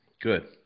good